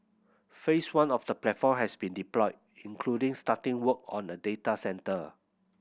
Phase One of the platform has been deployed including starting work on a data centre